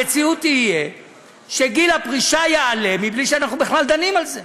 המציאות תהיה שגיל הפרישה יעלה בלי שאנחנו בכלל דנים על זה.